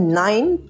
nine